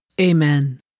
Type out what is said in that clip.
Amen